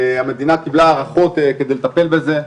המדינה קיבלה הארכות כדי לטפל בזה.